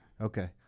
Okay